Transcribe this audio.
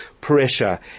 pressure